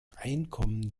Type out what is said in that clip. einkommen